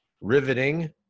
riveting